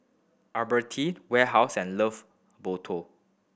Alberti Warehouse and Love Boto